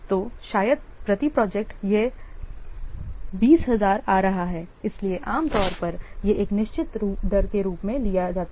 तो शायद प्रति प्रोजेक्ट यह 20000 आ रहा है इसलिए आम तौर पर यह एक निश्चित दर के रूप में लिया जाता है